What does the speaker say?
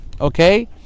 Okay